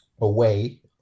away